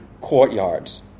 courtyards